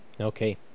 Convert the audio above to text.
Okay